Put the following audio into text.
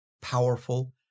powerful